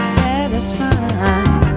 satisfied